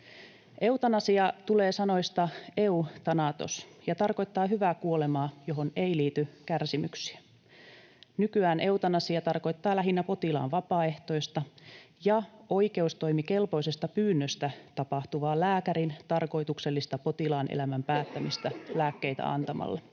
Eutanasia tulee sanoista ”eu” ja ”thanatos” ja tarkoittaa hyvää kuolemaa, johon ei liity kärsimyksiä. Nykyään eutanasia tarkoittaa lähinnä potilaan vapaaehtoista ja oikeustoimikelpoisesta pyynnöstä tapahtuvaa, lääkärin toteuttamaa tarkoituksellista potilaan elämän päättämistä lääkkeitä antamalla.